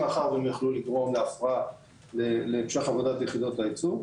מאחר והם יכלו לגרום להפרעה להמשך עבודת יחידות הייצור.